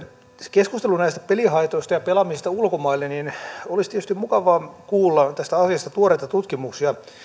keskustelu näistä pelihaitoista ja pelaamisesta ulkomaille olisi tietysti mukavaa kuulla onko tästä asiasta tuoreita tutkimuksia